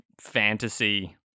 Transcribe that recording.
fantasy